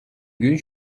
gün